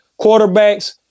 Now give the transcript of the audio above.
quarterbacks